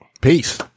Peace